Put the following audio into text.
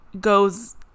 goes